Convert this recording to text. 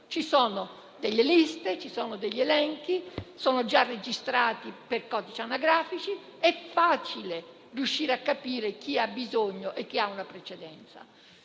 direttamente: ci sono degli elenchi; tutti sono già registrati per codici anagrafici ed è facile riuscire a capire chi ha bisogno e ha una precedenza.